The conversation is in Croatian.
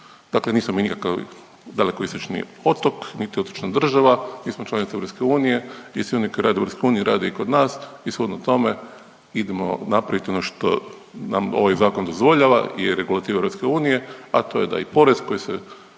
Dakle, nismo mi nikakav dalekoistočni otok niti otočna država, mi smo članica EU i svi oni koji rade u EU rade i kod nas i shodno tome idemo napravit ono što nam ovaj zakon dozvoljava i regulative EU, a to je da i porez koji se